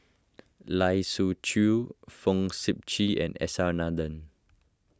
Lai Siu Chiu Fong Sip Chee and S R Nathan